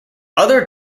other